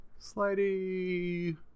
slidey